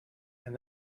and